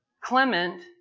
Clement